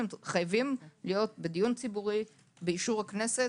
חייבים להיות בדיון ציבורי באישור הכנסת.